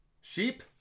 Sheep